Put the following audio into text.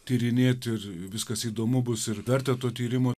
tyrinėti ir viskas įdomu bus ir verta tų tyrimų